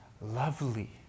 lovely